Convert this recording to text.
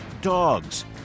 dogs